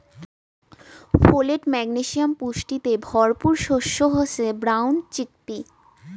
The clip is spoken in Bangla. ফোলেট, ম্যাগনেসিয়াম পুষ্টিতে ভরপুর শস্য হসে ব্রাউন চিকপি